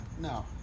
no